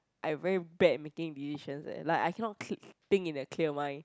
I very bad at making decisions eh like I cannot cl~ think in a clear mind